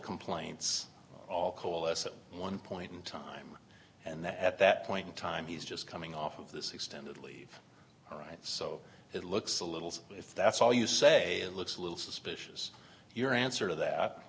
complaints all coalesce at one point in time and that at that point in time he's just coming off of this extended leave all right so it looks a little if that's all you say and looks a little suspicious your answer to that